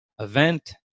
event